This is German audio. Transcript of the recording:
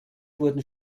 wurden